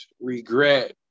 regret